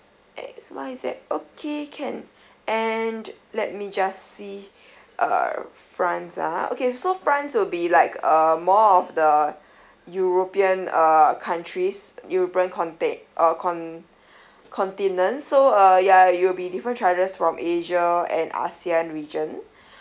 X Y Z okay can and let me just see err france ah okay so france will be like a more of the european uh countries european conte~ uh con~ continent so uh ya it'll be different charges from asia and ASEAN region